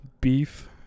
beef